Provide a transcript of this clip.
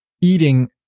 eating